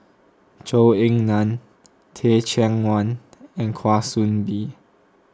Zhou Ying Nan Teh Cheang Wan and Kwa Soon Bee